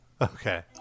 Okay